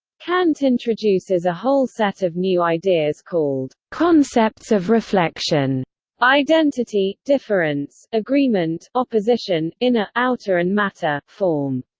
kant introduces a whole set of new ideas called concepts of reflection identity difference, agreement opposition, inner outer and matter form.